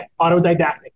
autodidactic